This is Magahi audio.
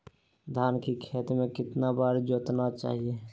धान के खेत को कितना बार जोतना चाहिए?